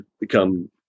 become